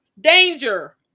danger